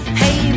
hey